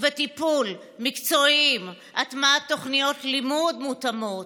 וטיפול מקצועיים והטמעת תוכניות לימוד מותאמות.